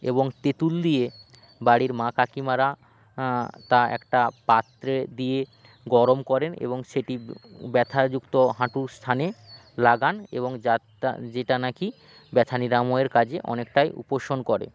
এবং তেঁতুল দিয়ে বাড়ির মা কাকিমারা তা একটা পাত্রে দিয়ে গরম করেন এবং সেটি ব্যথাযুক্ত হাঁটু স্থানে লাগান এবং যা তা যেটা নাকি ব্যথা নিরাময়ের কাজে অনেকটাই উপশম করে